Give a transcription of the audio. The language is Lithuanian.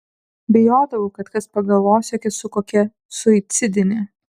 bijodavau kad kas pagalvos jog esu kokia suicidinė